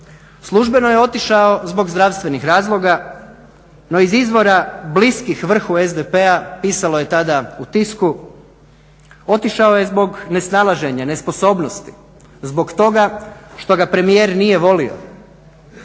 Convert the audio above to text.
Službeno je otišao zbog zdravstvenih razloga no iz izvora bliskih vrhu SDP-a pisalo je tada u tisku otišao je zbog nesnalaženja, nesposobnosti, zbog toga što ga premijer nije volio.